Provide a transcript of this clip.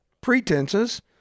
pretenses